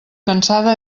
cansada